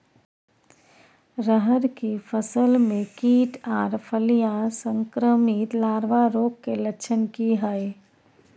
रहर की फसल मे कीट आर फलियां संक्रमित लार्वा रोग के लक्षण की हय?